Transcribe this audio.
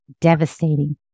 devastating